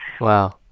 Wow